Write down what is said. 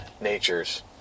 natures